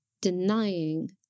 denying